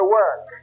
work